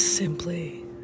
Simply